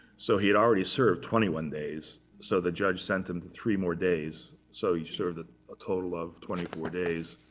so he had already served twenty one days. so the judge sent them to three more days. so he served a total of twenty four days.